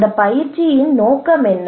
அந்த பயிற்சியின் நோக்கம் என்ன